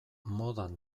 modan